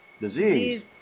disease